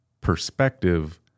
perspective